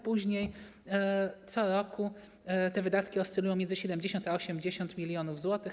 Później co roku te wydatki oscylują między 70 a 80 mln zł.